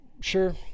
sure